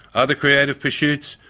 other creative pursuits,